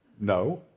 No